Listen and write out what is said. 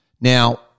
Now